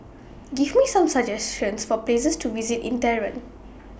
Give Me Some suggestions For Places to visit in Tehran